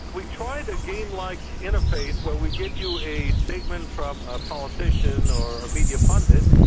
we tried a game-like interface, where we give you a statement from a politician or a media pundit,